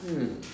hmm